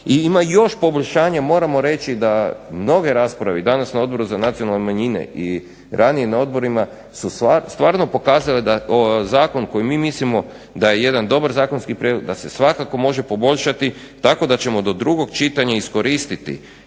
ima još poboljšanja moramo reći da na ovoj raspravi danas na Odboru za nacionalne manjine i ranije na odborima su stvarno pokazale da zakon koji mi mislimo da je jedan dobar zakonski prijedlog da se svakako može poboljšati. Tako da ćemo do drugog čitanja iskoristiti